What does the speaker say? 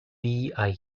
nero